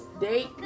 date